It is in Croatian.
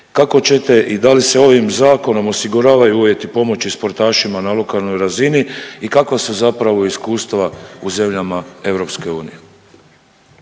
Kako ćete i da li se ovim zakonom osiguravaju uvjeti pomoći sportašima na lokalnoj razini i kakva su zapravo iskustva u zemljama EU?